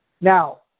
Now